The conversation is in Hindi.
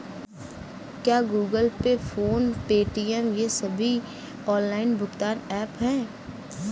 क्या Google Pay PhonePe Paytm ये सभी ऑनलाइन भुगतान ऐप हैं?